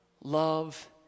love